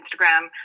Instagram